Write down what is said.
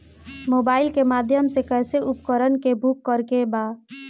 Mobile के माध्यम से कैसे उपकरण के बुक करेके बा?